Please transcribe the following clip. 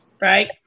right